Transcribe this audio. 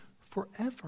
forever